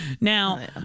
Now